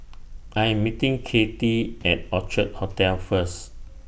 I Am meeting Katy At Orchid Hotel First